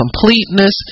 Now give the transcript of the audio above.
completeness